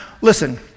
Listen